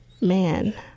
man